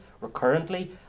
recurrently